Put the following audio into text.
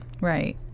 right